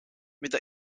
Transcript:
mida